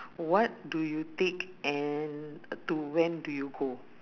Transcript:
what do you take and to when do you go